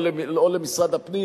או למשרד הפנים.